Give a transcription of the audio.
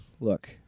Look